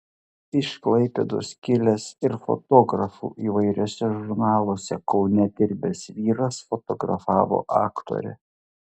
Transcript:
iš klaipėdos kilęs ir fotografu įvairiuose žurnaluose kaune dirbęs vyras fotografavo aktorę